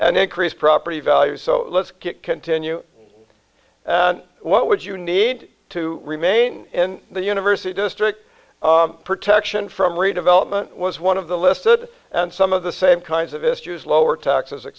and increase property value so let's continue what would you need to remain in the university district protection from redevelopment was one of the listed some of the same kinds of issues lower taxes